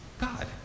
God